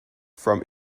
from